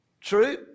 True